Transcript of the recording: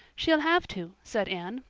she'll have to, said anne.